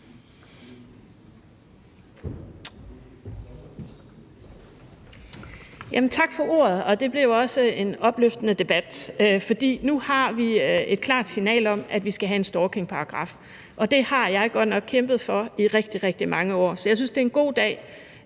Tak for ordet. Det blev jo en opløftende debat, for nu har vi et klart signal om, at vi skal have en stalkingparagraf, og det har jeg godt nok kæmpet for i rigtig, rigtig mange år. Så jeg synes, det er en god dag